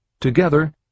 Together